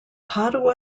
padua